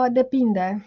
depinde